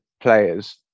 players